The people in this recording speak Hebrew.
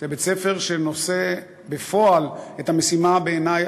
זה בית-ספר שנושא בפועל את המשימה, בעיני,